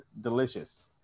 delicious